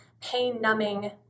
pain-numbing